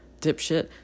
Dipshit